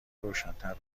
روشنتر